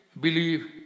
believe